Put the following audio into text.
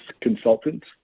consultant